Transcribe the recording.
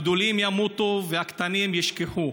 הגדולים ימותו והקטנים ישכחו.